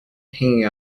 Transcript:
hanging